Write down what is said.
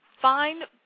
Find